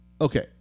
Okay